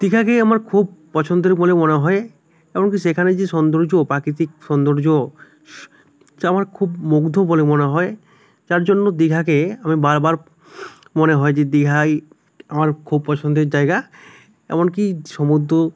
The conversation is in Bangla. দীঘাকে আমার খুব পছন্দের বলে মনে হয় এমনকি সেখানে যে সৌন্দর্য প্রাকৃতিক সৌন্দর্য যা আমার খুব মুগ্ধ বলে মনে হয় যার জন্য দীঘাকে আমি বারবার মনে হয় যে দীঘাই আমার খুব পছন্দের জায়গা এমনকি সমুদ্রও